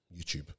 YouTube